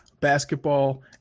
basketball